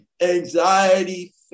anxiety